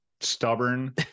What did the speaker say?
stubborn